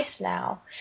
now